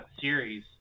series